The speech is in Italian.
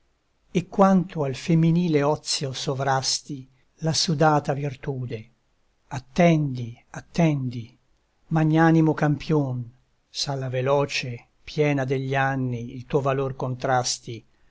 e quanto al femminile ozio sovrasti la sudata virtude attendi attendi magnanimo campion s'alla veloce piena degli anni il tuo valor contrasti